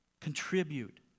Contribute